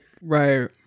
right